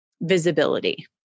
visibility